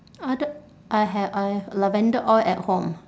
uh the I have I have lavender oil at home